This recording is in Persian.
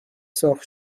سرخ